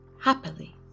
happily